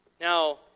Now